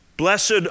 Blessed